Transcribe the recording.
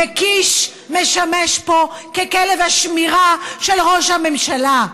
וקיש משמש פה ככלב השמירה של ראש הממשלה,